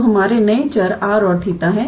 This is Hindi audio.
तो हमारे नए चर r और 𝜃 हैं